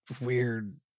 Weird